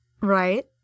Right